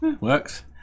Works